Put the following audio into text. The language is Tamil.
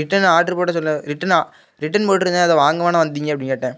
ரிட்டர்ன் ஆட்ரு போட சொல்லி ரிட்டர்ன் ஆ ரிட்டர்ன் போட்டிருந்தேன் அதை வாங்கதானே வந்தீங்க அப்டின்னு கேட்டேன்